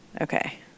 okay